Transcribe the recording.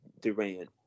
Durant